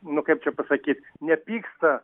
nu kaip čia pasakyt nepyksta